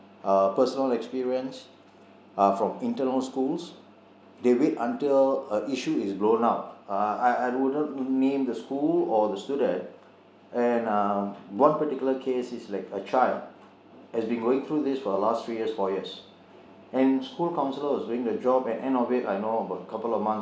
uh personal experience uh from internal schools they wait until a issue is blown up uh I wouldn't name the school or the student and um one particular case is like a child has been going through this for the last three years four years and school counsellor was doing their job at end of it I know about a couple of months